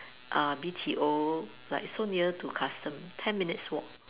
uh B_T_O like so near to custom ten minutes walk